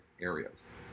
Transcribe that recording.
areas